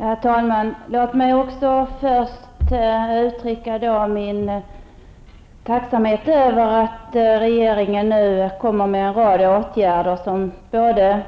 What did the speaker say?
Herr talman! Låt mig också först uttrycka min tacksamhet över att regeringen nu kommer med en rad åtgärder som både